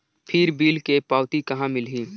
फिर बिल के पावती कहा मिलही?